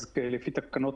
אז לפי תקנות